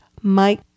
Mike